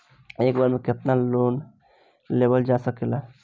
एक बेर में केतना लोन लेवल जा सकेला?